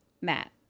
Matt